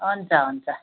हुन्छ हुन्छ